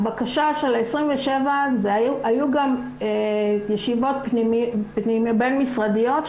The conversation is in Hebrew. היו ישיבות בין משרדיות.